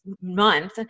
month